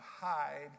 hide